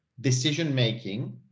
decision-making